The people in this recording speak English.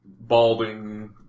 balding